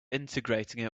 integrating